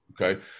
okay